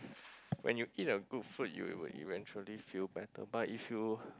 when you eat a good food you will eventually feel better but if you